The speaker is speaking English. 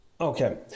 Okay